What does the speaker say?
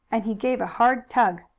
and he gave a hard tug.